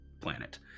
planet